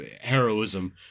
heroism